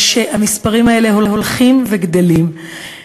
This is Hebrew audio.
המספרים האלה הולכים וגדלים.